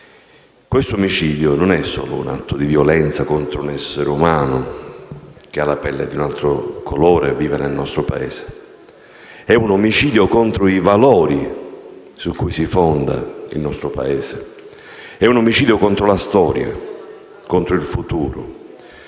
un omicidio che non è solo un atto di violenza contro un essere umano che ha la pelle di un altro colore e vive in un altro Paese. È un omicidio contro i valori su cui si fonda il nostro Paese. È un omicidio contro la storia e contro il futuro.